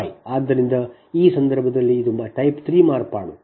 ಆದ್ದರಿಂದ ಆ ಸಂದರ್ಭದಲ್ಲಿ ಇದು type 3 ಮಾರ್ಪಾಡು